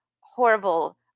horrible